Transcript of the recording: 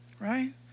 right